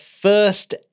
first